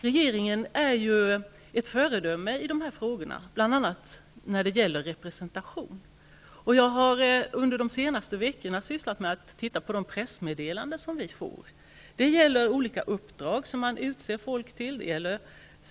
Regeringen är själv ett föredöme i fråga om kvinnorepresentation, och jag har under de senaste veckorna sysslat med att titta på de pressmeddelanden som vi får. Där står det om uppdrag som folk utses till.